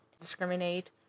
Discriminate